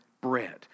bread